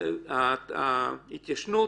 וההתיישנות